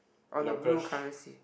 on the blue colour seat